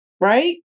Right